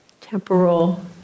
temporal